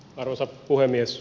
arvoisa puhemies